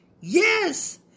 Yes